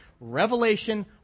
Revelation